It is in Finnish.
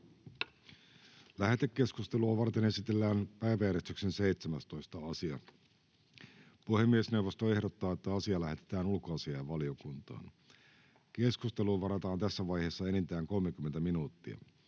Lähetekeskustelua varten esitellään päiväjärjestyksen 21. asia. Puhemiesneuvosto ehdottaa, että asia lähetetään talousvaliokuntaan. Keskusteluun varataan tässä vaiheessa enintään 30 minuuttia.